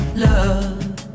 love